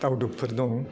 दावदोबफोर दं